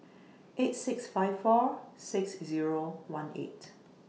eight six five four six Zero one eight